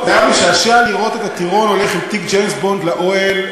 זה היה משעשע לראות את הטירון הולך עם תיק ג'יימס בונד לאוהל,